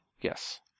Yes